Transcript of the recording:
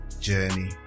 journey